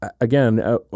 again